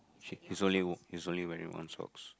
he he's only w~ he's only wearing one socks